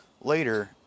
Later